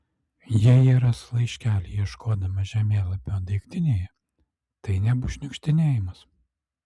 jei ji ras laiškelį ieškodama žemėlapio daiktinėje tai nebus šniukštinėjimas